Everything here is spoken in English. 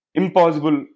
impossible